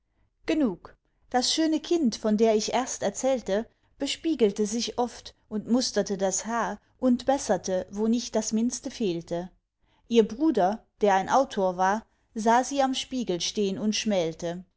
genug das schöne kind von der ich erst erzählte bespiegelte sich oft und musterte das haar und besserte wo nicht das mindste fehlte ihr bruder der ein autor war sah sie am spiegel stehn und